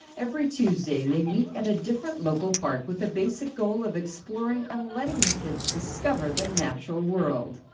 every tuesday they meet at a different local park with the basic goal of exploring and um letting the kids discover the natural world.